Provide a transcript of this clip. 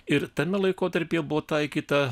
ir tame laikotarpyje buvo taikyta